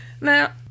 now